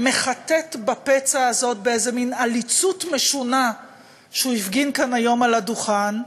מחטט בפצע הזה באיזו עליצות משונה שהוא הפגין כאן היום על הדוכן,